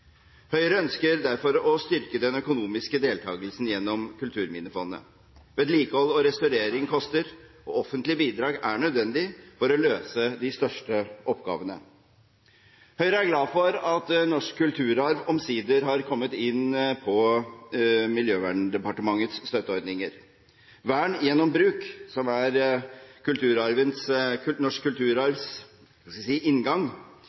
Høyre ønsker derfor å styrke den økonomiske deltakelsen gjennom Kulturminnefondet. Vedlikehold og restaurering koster, og offentlige bidrag er nødvendig for å løse de største oppgavene. Høyre er glad for at norsk kulturarv omsider har kommet inn på Miljøverndepartementets støtteordninger. Vern gjennom bruk – som er norsk kulturarvs inngang – er en nøkkel på hvordan vi